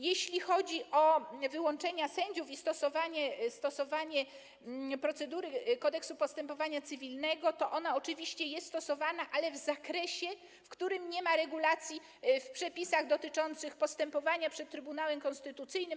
Jeśli chodzi o wyłączenia sędziów i stosowanie procedury Kodeksu postępowania cywilnego, to ona oczywiście jest stosowana, ale w zakresie, w którym nie ma regulacji w przepisach dotyczących postępowania przed Trybunałem Konstytucyjnym.